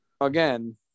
Again